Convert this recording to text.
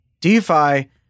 DeFi